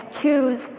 choose